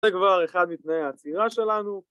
זה כבר אחד מתנאי העצירה שלנו